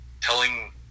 telling